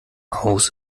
aus